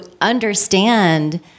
understand